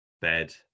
bed